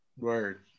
Word